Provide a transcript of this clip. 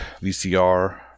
VCR